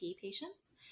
patients